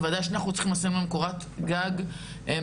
בוודאי שאנחנו צריכים לשים להם קורת גג מעל